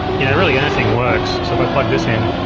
you know really anything works. so if i plug this in,